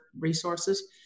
resources